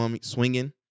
swinging